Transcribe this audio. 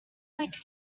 like